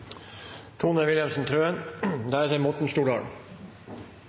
Tone Wilhelmsen Trøen,